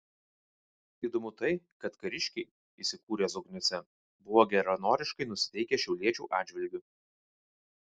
įdomu tai kad kariškiai įsikūrę zokniuose buvo geranoriškai nusiteikę šiauliečių atžvilgiu